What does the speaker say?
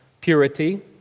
Purity